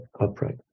upright